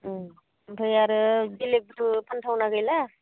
ओमफ्राय आरो बेलेक बुस्तु फानथावना गैला